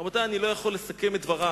רבותי, אני לא יכול לסיים את דברי